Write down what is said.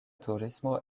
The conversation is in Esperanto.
turismo